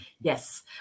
Yes